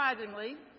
surprisingly